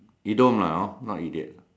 idiom lah hor not idiot